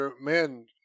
men